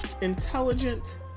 Intelligent